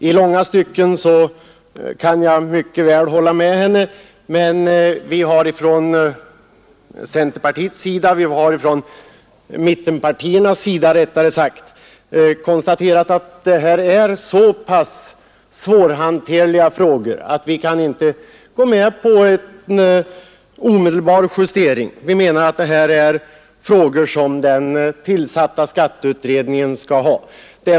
I långa stycken kan jag mycket väl hålla med henne, men vi har från mittenpartiernas sida funnit att problemen är så pass svårhanterliga att vi inte kan gå med på en omedelbar justering. Vi menar att det här är frågor som den tillsatta skatteutredningen skall ta hand om.